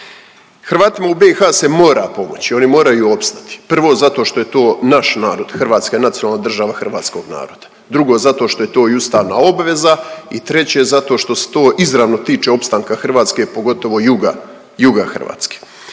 Hrvatima u BiH se mora pomoći, oni moraju opstati. Prvo zato što je to naš narod. Hrvatska je nacionalna država hrvatskog naroda. Drugo, zato što je to i ustavna obveza i treće zato što se to izravno tiče opstanka Hrvatske pogotovo juga Hrvatske.